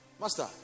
Master